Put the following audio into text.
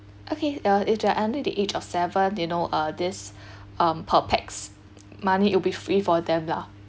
okay uh if they're under the age of seven you know uh this um per pax money it'll be free for them lah